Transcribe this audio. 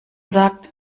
sagt